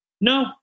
No